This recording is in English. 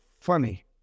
funny